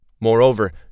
Moreover